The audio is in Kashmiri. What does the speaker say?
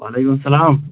وعلیکُم سلام